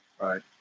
right